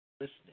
Listening